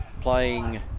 playing